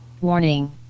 warning